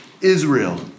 Israel